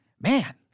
man